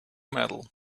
medal